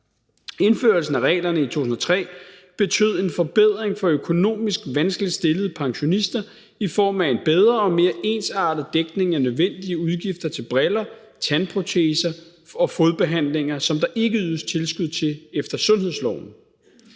Indførelsen af reglerne i 2003 betød en forbedring for økonomisk vanskeligt stillede pensionister i form af en bedre og mere ensartet dækning af nødvendige udgifter til briller, tandproteser og fodbehandlinger, som der ikke ydes tilskud til efter sundhedsloven.